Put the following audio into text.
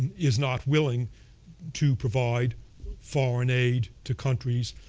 is not willing to provide foreign aid to countries